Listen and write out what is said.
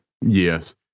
Yes